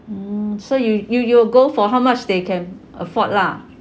mm so you you you'll go for how much they can afford lah